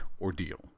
ordeal